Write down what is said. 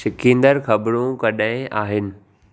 छिकींदड़ ख़बरूं कॾहिं आहिनि